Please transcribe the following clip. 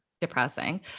depressing